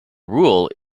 rule